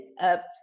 up